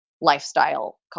lifestyle